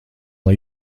lai